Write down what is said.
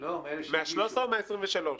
זה מה-13,500 או מה-23,000?